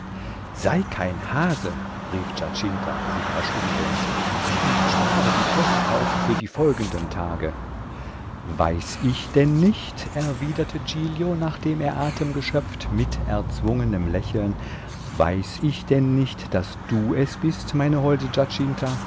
sei kein hase rief giacinta sich rasch umwendend und spare die possen auf für die folgenden tage weiß ich denn nicht erwiderte giglio nachdem er atem geschöpft mit erzwungenem lächeln weiß ich denn nicht daß du es bist meine holde